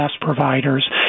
providers